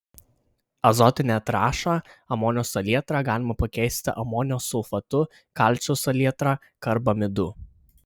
azotinę trąšą amonio salietrą galima pakeisti amonio sulfatu kalcio salietra karbamidu